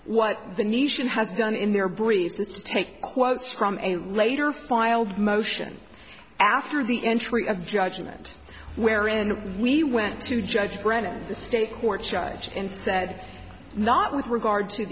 what the nation has done in their briefs is to take quotes from a later filed motion after the entry of judgment wherein we went to judge brennan the state court judge and said not with regard to